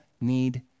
need